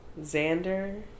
Xander